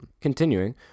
Continuing